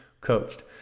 coached